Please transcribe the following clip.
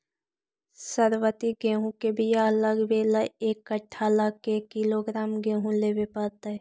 सरबति गेहूँ के बियाह लगबे ल एक कट्ठा ल के किलोग्राम गेहूं लेबे पड़तै?